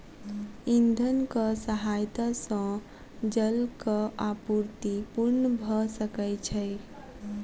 इंधनक सहायता सॅ जलक आपूर्ति पूर्ण भ सकै छै